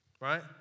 right